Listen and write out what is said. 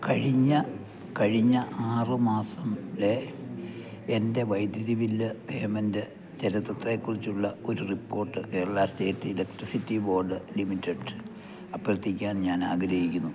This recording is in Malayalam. കഴിഞ്ഞ കഴിഞ്ഞ ആറ് മാസത്തിലെ എൻ്റെ വൈദ്യുതി ബില് പേയ്മെൻ്റ് ചരിത്രത്തെക്കുറിച്ചുള്ള ഒരു report Kerala state electricity board ലിമിറ്റഡില് അഭ്യർത്ഥിക്കാൻ ഞാനാഗ്രഹിക്കുന്നു